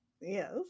Yes